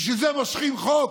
בשביל זה מושכים חוק?